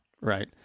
Right